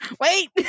Wait